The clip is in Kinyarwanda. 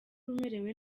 umerewe